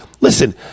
Listen